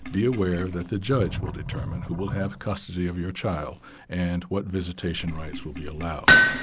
be aware that the judge will determine who will have custody of your child and what visitation rights will be allowed.